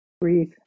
Breathe